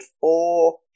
four